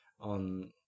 on